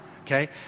Okay